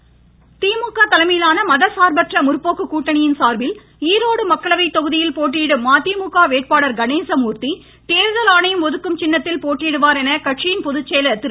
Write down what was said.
மகிமுக திமுக தலைமையிலான மதசார்பற்ற முற்போக்கு கூட்டணியின் சார்பில் ஈரோடு மக்களவை தொகுதியில் போட்டியிடும் மதிமுக வேட்பாளர் கணேச மூர்த்தி தேர்தல் ஆணையம் ஒதுக்கும் சின்னத்தில் போட்டியிடுவார் என்று கட்சியின் பொதுச்செயலர் திரு